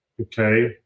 okay